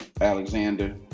Alexander